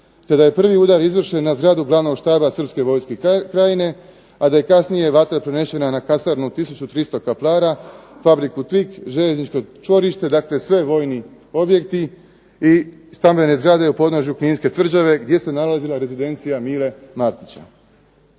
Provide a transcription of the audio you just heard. te da je prvi udar izvršen na zgradu Glavnog štaba Srpske vojske krajine, a da je kasnije prenešena na kasarnu "Tisuću 300 kaplara", fabriku "Tvik", željezničko čvorište, dakle sve vojni objekti i stambene zgrade u podnožju Kninske tvrđave gdje se nalazila rezidencija Mile Martića.